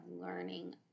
learning